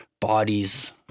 bodies